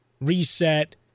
reset